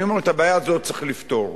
אני אומר: את הבעיה הזאת צריך לפתור,